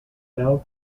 thou